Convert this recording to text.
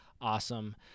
awesome